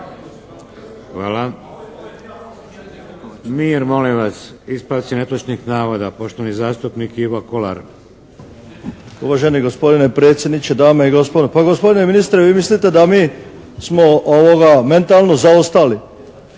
Hvala. Mir molim vas! Ispravci netočnih navoda. Poštovani zastupnik Ivo Kolar. **Kolar, Ivan (HSS)** Uvaženi gospodine predsjedniče, dame i gospodo. Pa gospodine ministre vi mislite da mi smo mentalno zaostali